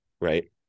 right